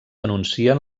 anuncien